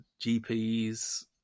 GPs